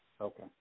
Okay